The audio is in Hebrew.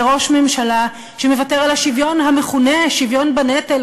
זה ראש ממשלה שמוותר על השוויון המכונה "שוויון בנטל".